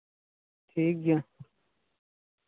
ᱴᱷᱤᱠᱜᱮᱭᱟ